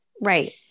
Right